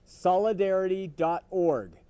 solidarity.org